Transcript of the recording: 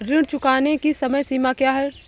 ऋण चुकाने की समय सीमा क्या है?